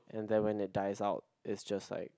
and then when it dies out it's just like